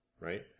Right